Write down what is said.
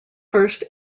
first